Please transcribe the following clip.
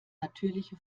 natürliche